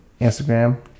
Instagram